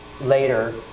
later